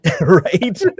Right